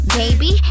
baby